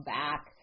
back